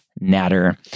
Natter